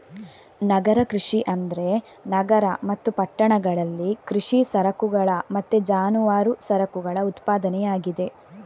ನಗರ ಕೃಷಿ ಅಂದ್ರೆ ನಗರ ಮತ್ತು ಪಟ್ಟಣಗಳಲ್ಲಿ ಕೃಷಿ ಸರಕುಗಳ ಮತ್ತೆ ಜಾನುವಾರು ಸರಕುಗಳ ಉತ್ಪಾದನೆ ಆಗಿದೆ